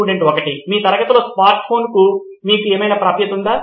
student 1 మీ తరగతిలోని smart ఫోన్కు మీకు ఏమైనా ప్రాప్యత ఉందా